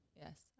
Yes